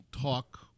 talk